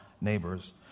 neighbors